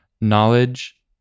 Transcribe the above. knowledge